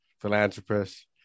philanthropist